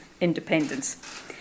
independence